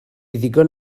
ddigon